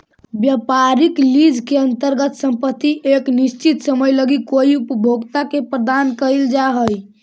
व्यापारिक लीज के अंतर्गत संपत्ति एक निश्चित समय लगी कोई उपभोक्ता के प्रदान कईल जा हई